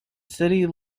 city